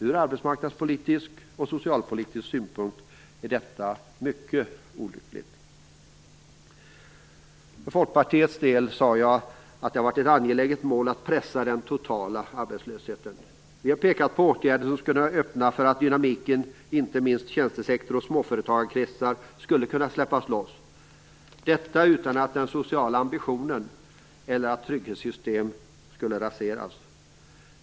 Ur arbetsmarknadspolitisk och socialpolitisk synpunkt är detta mycket olyckligt. Som jag sagt har det för Folkpartiet varit ett angeläget mål att pressa ned den totala arbetslösheten. Vi har pekat på åtgärder som skulle kunna öppna för att dynamiken i inte minst tjänstesektor och småföretagarkretsar skulle kunna släppas loss utan att den sociala ambitionen eller trygghetssystemen skulle raseras.